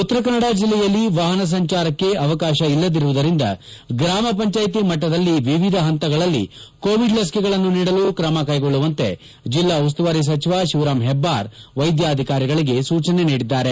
ಉತ್ತರಕನ್ನಡ ಜಿಲ್ಲೆಯಲ್ಲಿ ವಾಹನ ಸಂಚಾರಕ್ಕೆ ಅವಕಾಶ ಇಲ್ಲದಿರುವುದರಿಂದ ಗ್ರಾಮ ಪಂಚಾಯಿತಿ ಮಟ್ಟದಲ್ಲಿ ವಿವಿಧ ಪಂತಗಳಲ್ಲಿ ಕೊಎಡ್ ಲಸಿಕೆಗಳನ್ನು ನೀಡಲು ಕ್ರಮ ಕೈಗೊಳ್ಳುವಂತೆ ಜಿಲ್ಲಾ ಉಸ್ತುವಾರಿ ಶಿವರಾಮ್ ಹೆಬ್ದಾರ್ ವೈದ್ಯಾಧಿಕಾರಿಗಳಿಗೆ ಸೂಚನೆ ನೀಡಿದ್ದಾರೆ